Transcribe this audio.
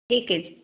ਠੀਕ ਹੈ ਜੀ